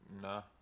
Nah